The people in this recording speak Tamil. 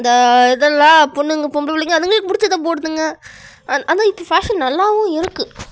இந்த இதெல்லாம் பொண்ணுங்க பொம்பளைங்க அவங்களுக்கு பிடிச்சத போடுதுங்க அதுவும் இன்னிக்கி ஃபேஷன் நல்லாவும் இருக்குது